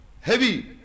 heavy